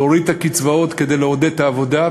הורדת הקצבאות כדי לעודד את העבודה,